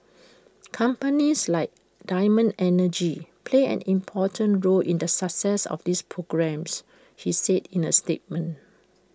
companies like diamond energy play an important role in the success of these programmes he said in A statement